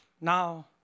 Now